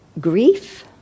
grief